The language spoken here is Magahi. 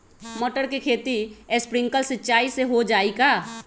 मटर के खेती स्प्रिंकलर सिंचाई से हो जाई का?